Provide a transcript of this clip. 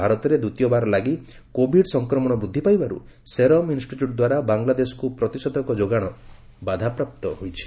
ଭାରତରେ ଦ୍ୱିତୀୟବାର ଲାଗି କୋବିଡ ସଂକ୍ରମଣ ବୃଦ୍ଧି ପାଇବାରୁ ସେରମ ଇନଷ୍ଟିଚ୍ୟୁଟ୍ ଦ୍ୱାରା ବାଂଲାଦେଶକୁ ପ୍ରତିଷେଧକ ଯୋଗାଣ ବାଧାପ୍ରାପ୍ତ ହୋଇଛି